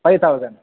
five thousand